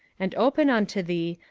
and open unto thee,